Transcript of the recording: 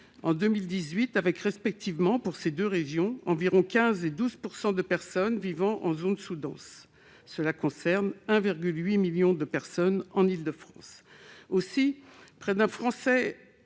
en 2018 avec, respectivement pour ces deux régions, environ 15 % et 12 % de personnes vivant en zone sous-dense. C'est le cas de 1,8 million de personnes en Île-de-France. Ainsi, près d'un Français